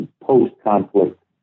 post-conflict